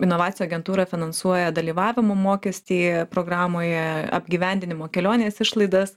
inovacijų agentūra finansuoja dalyvavimo mokestį programoje apgyvendinimo kelionės išlaidas